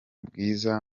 bwiza